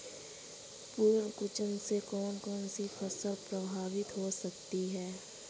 पर्ण कुंचन से कौन कौन सी फसल प्रभावित हो सकती है?